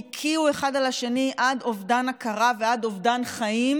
והקיאו אחד על השני עד אובדן הכרה ועד אובדן חיים,